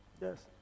Yes